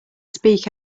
speak